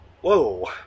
whoa